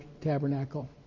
tabernacle